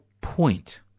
point